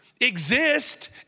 exist